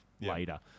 later